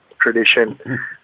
tradition